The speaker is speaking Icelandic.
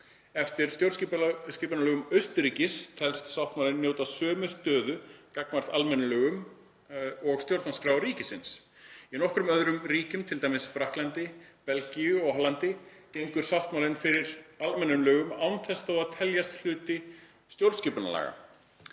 Eftir stjórnskipunarlögum Austurríkis telst sáttmálinn njóta sömu stöðu gagnvart almennum lögum og stjórnarskrá ríkisins. Í nokkrum öðrum ríkjum, t.d. Frakklandi, Belgíu og Hollandi, gengur sáttmálinn fyrir almennum lögum án þess þó að teljast hluti stjórnskipunarlaga.